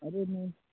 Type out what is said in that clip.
अरे नहीं